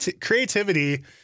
creativity